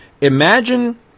Imagine